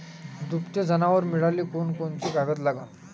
दुभते जनावरं मिळाले कोनकोनचे कागद लागन?